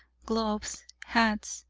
gloves, hats,